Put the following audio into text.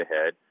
ahead